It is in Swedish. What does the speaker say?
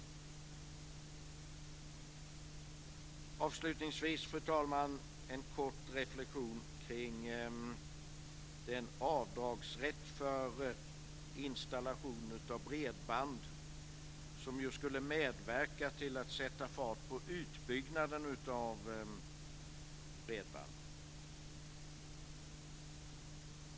Fru talman! Jag ska göra en kort reflexion kring den avdragsrätt för installation av bredband som ju skulle medverka till att sätta fart på utbyggnaden av bredband.